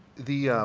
the